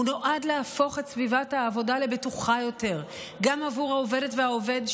הוא נועד להפוך את סביבת העבודה לבטוחה יותר גם עבור העובדת והעובד,